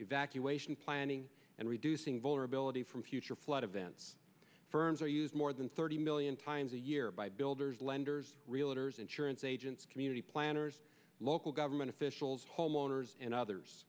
evacuation planning and reducing vulnerability from future flood events firms are used more than thirty million times a year by builders lenders realtors insurance agents community planners local government officials homeowners and others